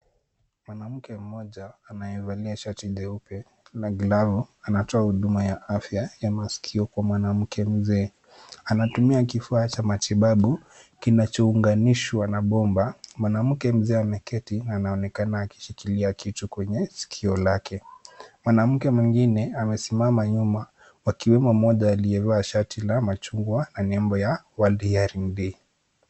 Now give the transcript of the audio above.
Mwanamke mmoja anayevalia shati jeupe na glavu, anatoa huduma ya afya ya masikio kwa mwanamke mzee. Anatumia kifaa cha matibabu kinachounganishwa na bomba. Mwanamke mzee ameketi anaonekana akishikilia kitu kwenye sikio lake. Mwanamke mwingine amesimama nyuma wakiwemo mmoja aliyevaa shati la machungwa na nembo ya world hearing day .